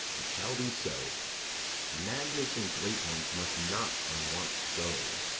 it shall be so madness in great ones must not unwatch'd go.